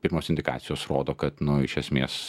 pirmos indikacijos rodo kad nu iš esmės